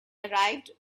arrived